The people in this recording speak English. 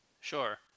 Sure